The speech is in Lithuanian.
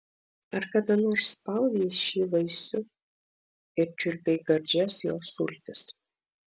ar kada nors spaudei šį vaisių ir čiulpei gardžias jo sultis